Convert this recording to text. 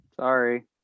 Sorry